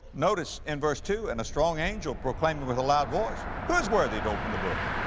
notice in verse two, and a strong angel proclaiming with a loud voice, who is worthy to open the book,